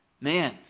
man